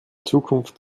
zukunft